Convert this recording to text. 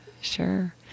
Sure